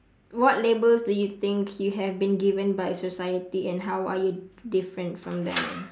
what labels do you think you have been given by society and how are you different from them